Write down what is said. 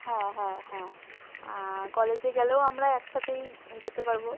হ্যাঁ হ্যাঁ হ্যাঁ কলেজে গেলেও আমরা একসাথেই যেতে পারবো